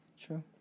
True